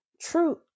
truth